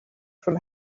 from